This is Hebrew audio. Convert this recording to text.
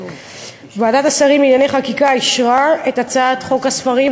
ועדת השרים לענייני חקיקה אישרה את הצעת חוק הספרים,